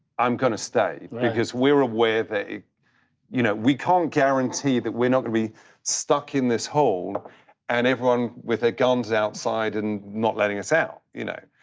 i'm gonna stay because we're aware that you know we can't guarantee that we're not gonna be stuck in this hole and everyone with their guns outside and not letting us out, you know?